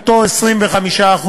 נכותו 25%,